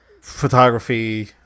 photography